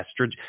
estrogen